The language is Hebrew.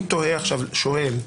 אני שואל,